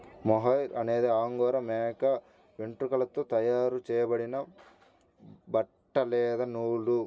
mohair అనేది angora మేక వెంట్రుకలతో తయారు చేయబడిన బట్ట లేదా నూలు